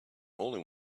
only